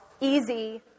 easy